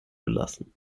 belassen